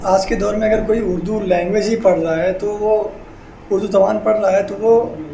آج کے دور میں اگر کوئی اردو لینگویج ہی پڑھ رہا ہے تو وہ اردو زبان پڑھ رہا ہے تو وہ